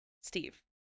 Steve